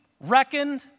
reckoned